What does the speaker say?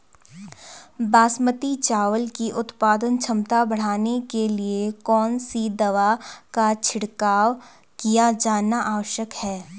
बासमती चावल की उत्पादन क्षमता बढ़ाने के लिए कौन सी दवा का छिड़काव किया जाना आवश्यक है?